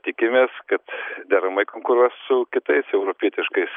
tikimės kad deramai konkuruos su kitais europietiškais